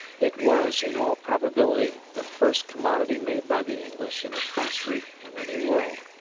it was, in all probability, the first commodity made by the english in a factory in the new world.